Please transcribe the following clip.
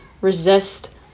resist